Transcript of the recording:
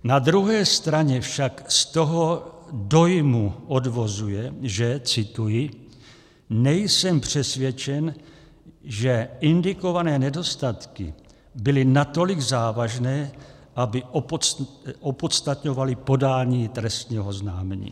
Na druhé straně však z toho dojmu odvozuje, že, cituji: nejsem přesvědčen, že indikované nedostatky byly natolik závažné, aby opodstatňovaly podání trestního oznámení.